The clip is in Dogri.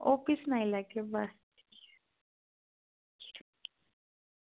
ओह् भी सनाई लैगी बस